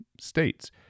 states